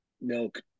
milk